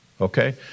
okay